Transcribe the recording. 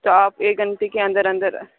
تو آپ ایک گھنٹے کے اندر اندر